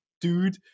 dude